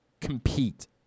compete